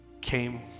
came